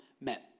met